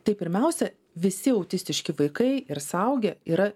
tai pirmiausia visi autistiški vaikai ir suaugę yra